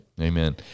Amen